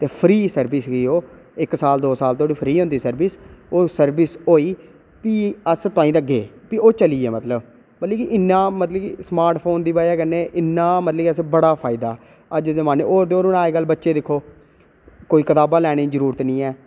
ते free service ही ओह् इक साल दो साल धोड़ी फ्री होंदी सर्विस ते ओह् सर्विस होइ भी अस अग्गे भी ओह चली ए मतलब मतलब कि इन्ना स्मार्ट फोन दी वजह् कन्नै इन्ना मतलब कि इन्ना फायदा गा फायदा होर दे होर अज्ज कल बच्चे दिक्खो कोई कताबा लैने दी जरूरत निं ऐ